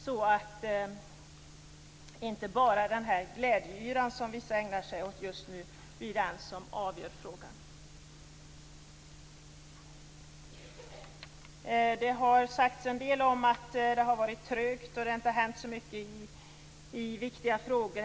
Det får inte bli så att det bara är den glädjeyra som vissa ägnar sig åt just nu som avgör frågan. Det har sagts en del om att det har varit trögt och att det inte har hänt så mycket i viktiga frågor.